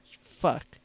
Fuck